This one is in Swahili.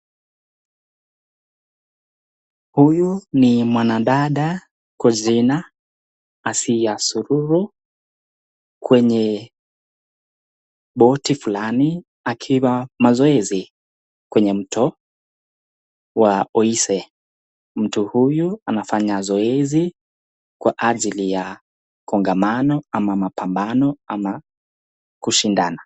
Huyu ni mwanadada Kuzina Asiya Sururu kwenye boti fulani akiwa mazoezi kwenye mto wa Oise. Mtu huyu anafanya zoezi kwa ajili ya kongamano ama mapambano ama kushindana.